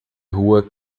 rua